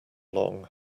long